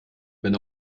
wenn